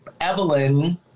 Evelyn